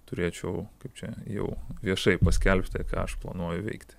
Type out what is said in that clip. turėčiau kaip čia jau viešai paskelbti ką aš planuoju veikti